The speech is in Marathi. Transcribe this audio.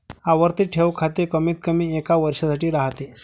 आवर्ती ठेव खाते कमीतकमी एका वर्षासाठी राहते